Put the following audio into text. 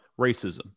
racism